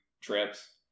trips